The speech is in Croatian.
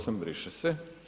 8. briše se.